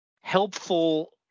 helpful